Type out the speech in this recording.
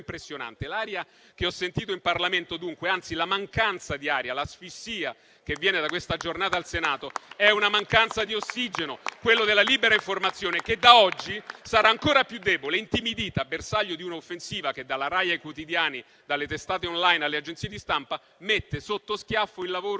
impressionante. L'aria che ho sentito in Parlamento, anzi, la mancanza di aria e l'asfissia che vengono da questa giornata al Senato sono dunque una mancanza di ossigeno, quello della libera informazione, che da oggi sarà ancora più debole e intimidita, bersaglio di un'offensiva che dalla RAI ai quotidiani, dalle testate *online* alle agenzie di stampa, mette sotto schiaffo il lavoro